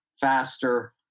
faster